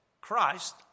Christ